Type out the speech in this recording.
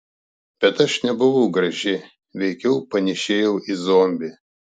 bet aš nebuvau graži veikiau panėšėjau į zombį